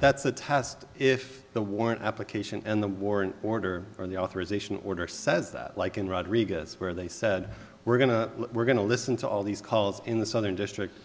that's the test if the warrant application and the warrant order or the authorization order says that like in rodriguez where they said we're going to we're going to listen to all these calls in the southern district